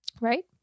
right